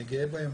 אני גאה בהם.